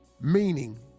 Meaning